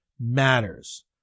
matters